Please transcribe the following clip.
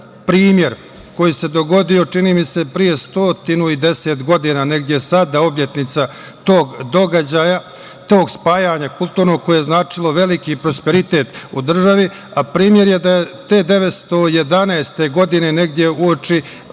primer koji se dogodio pre, čini mi se, 110 godina. Obljetnica tog događaja, tog spajanja kulturnog koje je značilo veliki prosperitet u državi, a primer je da je te 1911. godine, negde uoči